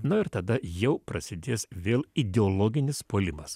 nu ir tada jau prasidės vėl ideologinis puolimas